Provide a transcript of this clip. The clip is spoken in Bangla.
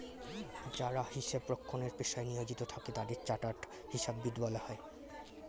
যারা হিসাব রক্ষণের পেশায় নিয়োজিত থাকে তাদের চার্টার্ড হিসাববিদ বলা হয়